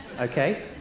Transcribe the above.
Okay